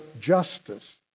justice